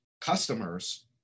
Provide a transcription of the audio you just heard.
customers